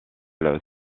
elle